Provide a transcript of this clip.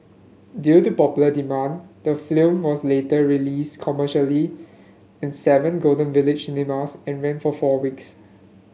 due to popular demand the film was later release commercially in seven Golden Village cinemas and ran for four weeks